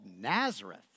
Nazareth